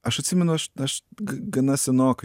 aš atsimenu aš aš ga gana senokai